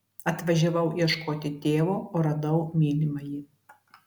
atvažiavau ieškoti tėvo o radau mylimąjį